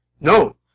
No